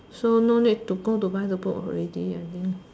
so no need to go buy the book already I think